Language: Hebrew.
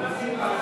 בעד ההצעה,